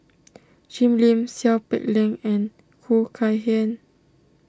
Jim Lim Seow Peck Leng and Khoo Kay Hian